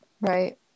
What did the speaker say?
Right